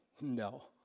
no